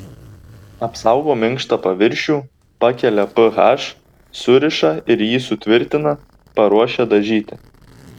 apsaugo minkštą paviršių pakelia ph suriša ir jį sutvirtina paruošia dažyti